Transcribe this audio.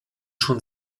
schon